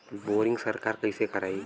Boring सरकार कईसे करायी?